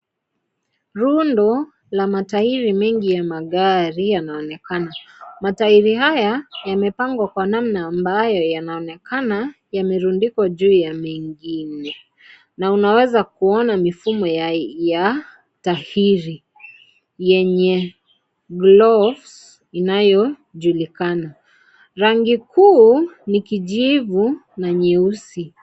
Rondo la magurudumu mengi yanaonekana . Magurudumu haya yamepangwa kwa namna ambayo yanaonekana yamerundikwa juu ya mengine . Na unaweza kuona mifumo ya tafiri yenye Gloves inayojulikana . Rangi kuu ni kijivu na nyeusi .